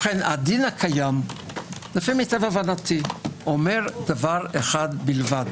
הדין הקיים להבנתי, אומר דבר אחד בלבד: